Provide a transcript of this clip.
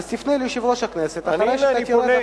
אז תפנה ליושב-ראש הכנסת אחרי שאתה יורד.